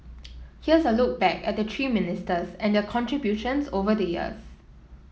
here's a look back at the three ministers and their contributions over the years